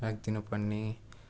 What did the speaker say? राखिदिनु पर्ने